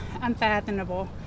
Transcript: unfathomable